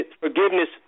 forgiveness